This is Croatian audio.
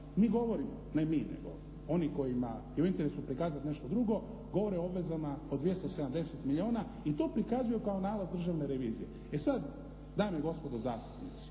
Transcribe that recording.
mi govorimo, ne mi nego oni kojima je u interesu prikazati nešto drugo, govore o obvezama od 270 milijuna i to prikazuju kao nalaz Državne revizije. E sada, dame i gospodo zastupnici,